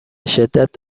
شدت